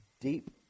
deep